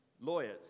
lawyers